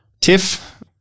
Tiff